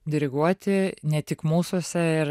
diriguoti ne tik mūsuose ir